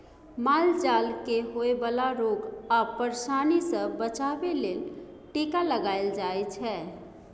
माल जाल केँ होए बला रोग आ परशानी सँ बचाबे लेल टीका लगाएल जाइ छै